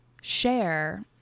share